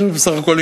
בסך הכול,